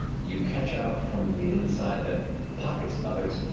you catch out from the inside that pockets of it